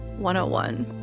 101